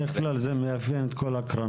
בדרך כלל זה מאפיין את כל הקרנות,